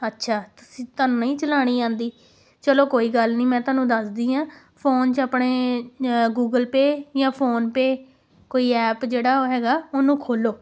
ਅੱਛਾ ਤੁਸੀਂ ਤੁਹਾਨੂੰ ਨਹੀਂ ਚਲਾਉਣੀ ਆਉਂਦੀ ਚਲੋ ਕੋਈ ਗੱਲ ਨਹੀਂ ਮੈਂ ਤੁਹਾਨੂੰ ਦੱਸਦੀ ਹਾਂ ਫੋਨ 'ਚ ਆਪਣੇ ਗੂਗਲ ਪੇਅ ਜਾਂ ਫੋਨਪੇਅ ਕੋਈ ਐਪ ਜਿਹੜਾ ਉਹ ਹੈਗਾ ਉਹਨੂੰ ਖੋਲ੍ਹੋ